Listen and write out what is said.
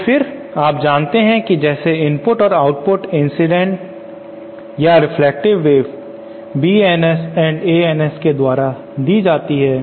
तो फिर आप जानते हैं कि जैसे इनपुट और आउटपुट इंसिडेंट या reflected waves B Ns and A Ns के द्वारा दी जाती है